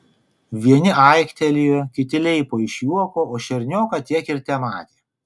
vieni aiktelėjo kiti leipo iš juoko o šernioką tiek ir tematė